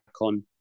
on